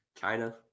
China